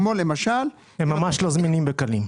כמו למשל --- הם ממש לא זמינים וקלים.